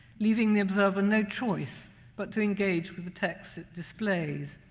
leaving the observer no choice but to engage with the text it displays.